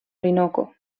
orinoco